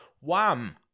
Wham